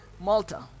Malta